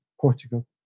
Portugal